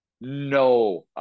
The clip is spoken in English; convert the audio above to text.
no